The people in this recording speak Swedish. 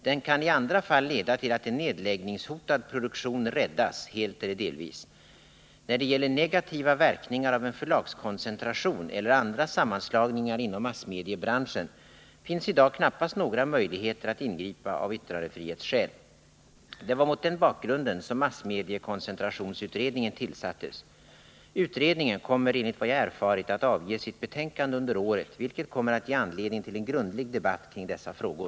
Den kan i andra fall leda till att en nedläggningshotad produktion räddas, helt eller delvis. När det gäller negativa verkningar av en förlagskoncentration eller andra sammanslagningar inom massmediebranschen finns i dag knappast några möjligheter att ingripa av yttrandefrihetsskäl. Det var mot den bakgrunden som massmediekoncentrationsutredningen tillsattes. Utredningen kommer enligt vad jag erfarit att avge sitt betänkande under året, vilket kommer att ge anledning till en grundlig debatt kring dessa frågor.